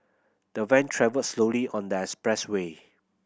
the van travelled slowly on that expressway